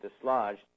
dislodged